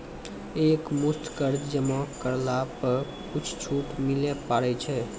एक मुस्त कर्जा जमा करला पर कुछ छुट मिले पारे छै?